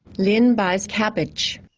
lien buys cabbage.